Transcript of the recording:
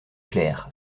clair